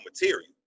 material